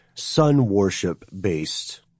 sun-worship-based